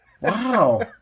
Wow